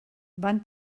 van